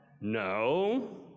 No